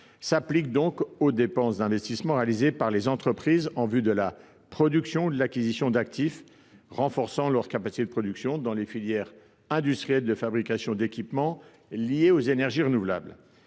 s’applique donc aux dépenses d’investissement réalisées par les entreprises en vue de la production ou de l’acquisition d’actifs renforçant leur capacité de production dans les filières industrielles de fabrication d’équipements liés aux énergies renouvelables.